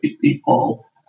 people